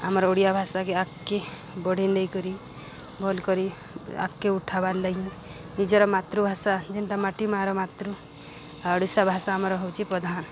ଆମର ଓଡ଼ିଆ ଭାଷାକେ ଆଗ୍କେ ବଢ଼େଇ ନେଇକରି ଭଲ୍ କରି ଆଗ୍କେ ଉଠାବାର୍ ଲାଗି ନିଜର ମାତୃଭାଷା ଯେନ୍ତା ମାଟି ମାର ମାତୃ ଓଡ଼ିଶା ଭାଷା ଆମର ହେଉଛି ପ୍ରଧାନ